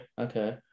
Okay